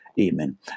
Amen